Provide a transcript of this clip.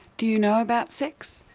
do you know about sex?